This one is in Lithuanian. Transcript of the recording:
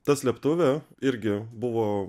ta slėptuvė irgi buvo